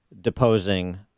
deposing